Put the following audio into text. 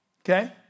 Okay